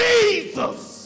Jesus